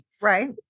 Right